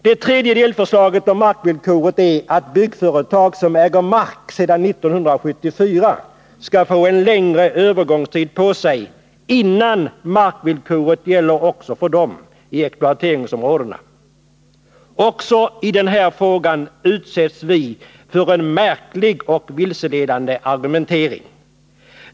Det tredje delförslaget om markvillkoret är att byggföretag som äger mark sedan 1974 skall få en längre övergångstid på sig, innan markvillkoret gäller också för dem i exploateringsområdena. Också i den här frågan utsätts vi för en märklig och vilseledande argumentering.